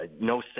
no